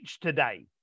today